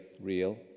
real